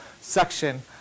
section